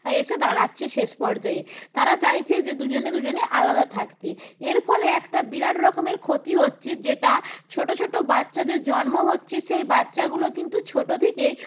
এসে দাঁড়াচ্ছে শেষ পর্যায়ে তারা চাইছে যে দুজনে দুজনে আলাদা থাকতে এর ফলে একটা বিরাট রকমের ক্ষতি হচ্ছে যেটা ছোটো ছোটো বাচ্চাদের জন্ম হচ্ছে সেই বাচ্চাগুলো কিন্তু ছোটো থেকেই